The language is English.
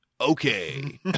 Okay